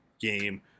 game